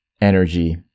energy